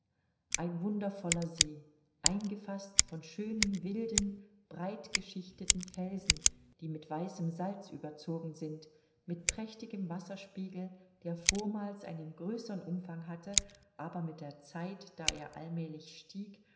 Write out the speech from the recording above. ein wundervoller see eingefaßt von schönen wilden breitgeschichteten felsen die mit weißem salz überzogen sind mit prächtigem wasserspiegel der vormals einen größern umfang hatte aber mit der zeit da er allmälig stieg